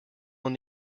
will